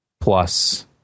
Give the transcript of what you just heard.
plus